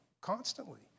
constantly